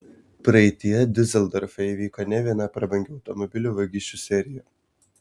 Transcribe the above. praeityje diuseldorfe įvyko ne viena prabangių automobilių vagysčių serija